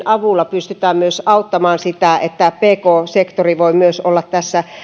avulla pystytään myös auttamaan sitä että myös pk sektori voi olla tässä